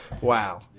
Wow